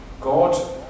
God